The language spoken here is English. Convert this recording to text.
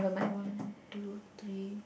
one two three